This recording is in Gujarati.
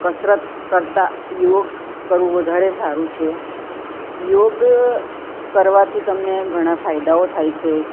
કસરત કરતા યોગ કરવું વધારે સારું છે યોગ કરવાથી તમને ઘણા ફાયદાઓ થાય છે